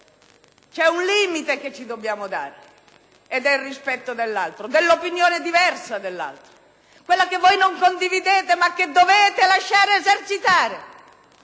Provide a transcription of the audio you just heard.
c'è un limite che ci si deve dare ed è il rispetto dell'altro, dell'opinione diversa dell'altro, quella che voi non condividete ma che dovete lasciar esercitare